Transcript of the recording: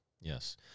yes